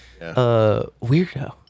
Weirdo